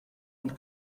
und